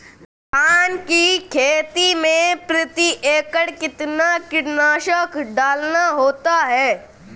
धान की खेती में प्रति एकड़ कितना कीटनाशक डालना होता है?